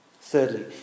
Thirdly